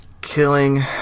killing